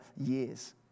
years